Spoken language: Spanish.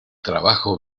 trabajo